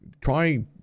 try